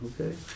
Okay